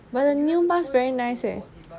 but the new mask very nice leh